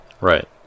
Right